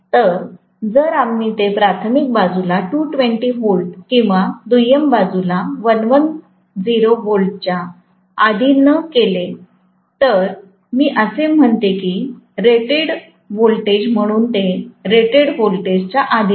तर जर आम्ही ते प्राथमिक बाजूला 220V किंवा दुय्यम बाजूला 110 व्होल्टच्या अधी न केले तर मी असे म्हणते की रेटेड व्होल्टेज म्हणून ते रेटेड व्होल्टेजच्या अधीन आहे